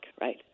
right